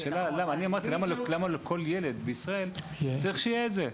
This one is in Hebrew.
אני אמרתי, למה לכל ילד בישראל, צריך שיהיה את זה.